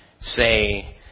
say